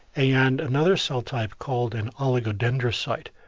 and another cell type called an oligodendrocyte.